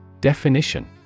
Definition